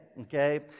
okay